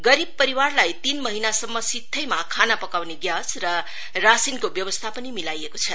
गरीब परिवारलाई तीन महिनासम्म सित्थैमा खाना पकाउने ग्यास र राशिनको व्यवस्था पनि मिलाइएको छ